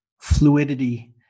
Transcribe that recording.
fluidity